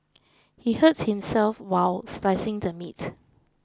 he hurt himself while slicing the meat